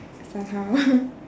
somehow